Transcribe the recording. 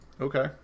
okay